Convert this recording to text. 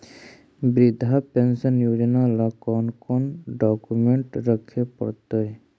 वृद्धा पेंसन योजना ल कोन कोन डाउकमेंट रखे पड़तै?